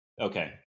Okay